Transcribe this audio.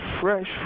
fresh